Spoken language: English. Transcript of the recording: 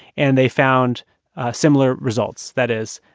and they found similar results. that is,